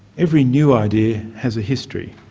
every new idea has a history.